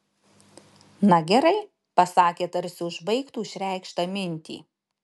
na gerai pasakė tarsi užbaigtų išreikštą mintį